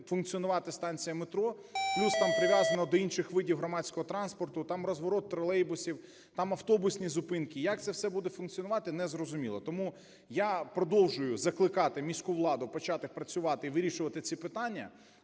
функціонувати станція метро, плюс там прив'язано до інших видів громадського транспорту: там розворот тролейбусів, там автобусні зупинки. Як це все буде функціонувати, не зрозуміло. Тому я продовжую закликати міську влади почати працювати і вирішувати ці питання,